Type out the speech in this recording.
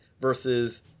versus